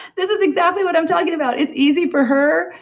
this is exactly what i'm talking about. it's easy for her.